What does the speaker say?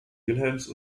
wilhelms